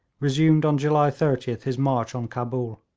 resumed on july thirtieth his march on cabul.